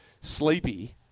Sleepy